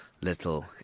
little